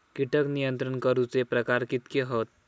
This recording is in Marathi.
कीटक नियंत्रण करूचे प्रकार कितके हत?